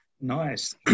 Nice